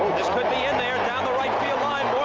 could be in there down the right-field line,